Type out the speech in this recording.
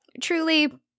truly